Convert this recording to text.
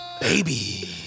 Baby